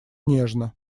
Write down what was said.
нежно